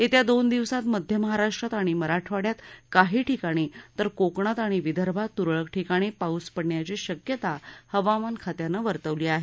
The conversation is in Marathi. येत्या दोन दिवसात मध्य महाराष्ट्रात आणि मराठवाड्यात काही ठिकाणी तर कोकणात आणि विदर्भात तुरळक ठिकाणी पाऊस पडण्याची शक्यता हवामान खात्यानं वर्तवली आहे